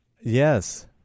Yes